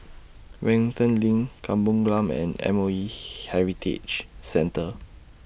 Wellington LINK Kampung Glam and M O E Heritage Centre